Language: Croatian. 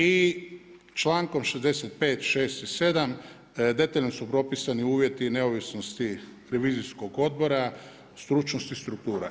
I člankom 65., šest i sedam detaljno su propisani uvjeti neovisnosti revizijskog odbora, stručnosti struktura.